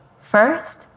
First